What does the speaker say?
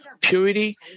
purity